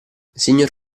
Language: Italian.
signor